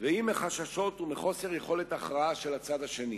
ואם מחששות ומחוסר יכולת הכרעה של הצד השני,